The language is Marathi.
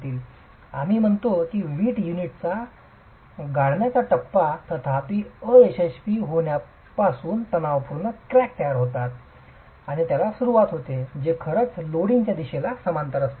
आम्ही म्हणतो की वीट युनिटचा गाळण्याचा टप्पा तथापि अयशस्वी होण्यापासून तणावपूर्ण क्रॅक तयार होण्यास सुरुवात होते जे खरंच लोडिंगच्या दिशेला समांतर असतात